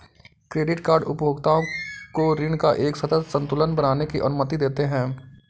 credit card उपभोक्ताओं को ऋण का एक सतत संतुलन बनाने की अनुमति देते हैं